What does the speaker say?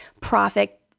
Profit